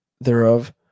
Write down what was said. thereof